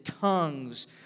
tongues